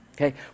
Okay